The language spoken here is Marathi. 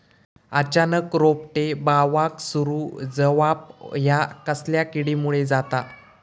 अचानक रोपटे बावाक सुरू जवाप हया कसल्या किडीमुळे जाता?